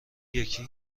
یکی